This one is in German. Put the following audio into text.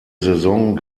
saison